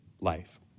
life